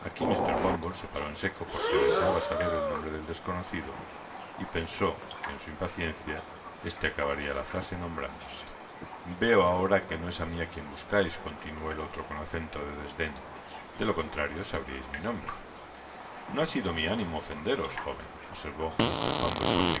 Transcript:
mr bumble se paró en seco porque deseaba saber el nombre del desconocido y pensó que en su impaciencia éste acabaria la frase nombrándose veo ahora que no csá mi á quien buscais continuó el olrocon acento de desdende lo contrario sabriais mi nombre no ha sido mi ánimo ofenderos joven observó